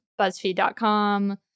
BuzzFeed.com